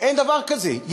אין דבר כזה.